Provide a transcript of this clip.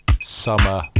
Summer